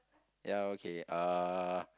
ya okay uh